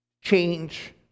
change